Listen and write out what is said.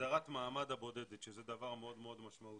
הסדרת מעמד הבודדת, שזה דבר מאוד משמעותי.